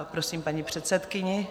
Prosím paní předsedkyni.